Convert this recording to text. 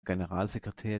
generalsekretär